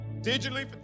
Digitally